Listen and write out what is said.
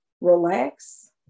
relax